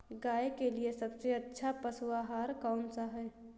गाय के लिए सबसे अच्छा पशु आहार कौन सा है?